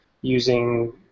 using